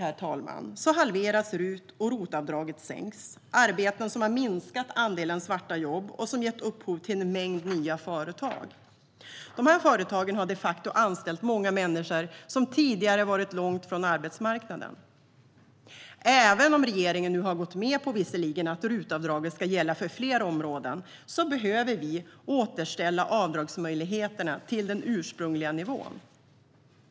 Trots detta halveras RUT och ROT-avdraget sänks, arbeten som har minskat andelen svarta jobb och som har gett upphov till en mängd nya företag. Dessa företag har de facto anställt många människor som tidigare har varit långt från arbetsmarknaden. Även om regeringen nu har gått med på att RUT-avdraget ska gälla för fler områden behöver vi återställa avdragsmöjligheterna till den ursprungliga nivån.